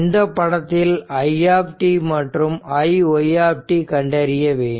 இந்த படத்தில் i மற்றும் iy கண்டறிய வேண்டும்